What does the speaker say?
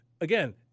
again